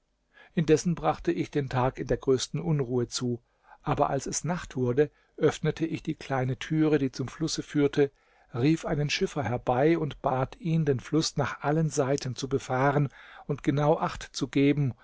indessen brachte ich den tag in der größten unruhe zu aber als es nacht wurde öffnete ich die kleine türe die zum flusse führte rief einen schiffer herbei und bat ihn den fluß nach allen seiten zu befahren und genau acht zu geben